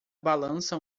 balança